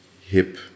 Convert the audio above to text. hip